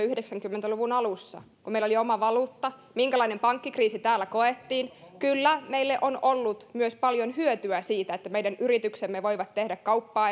yhdeksänkymmentä luvun alussa kun meillä oli oma valuutta ja minkälainen pankkikriisi täällä koettiin kyllä meille on ollut myös paljon hyötyä siitä että meidän yrityksemme voivat tehdä kauppaa